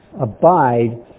abide